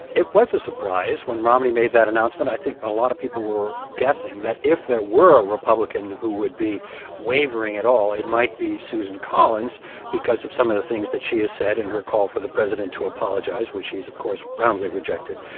it was a surprise when romney made that announcement. i think a lot of people were guessing that if there were a republican who would be wavering at all, it might be susan collins because of some of the things that she has said in her call for the president to apologize, which he's, of course, roundly rejected.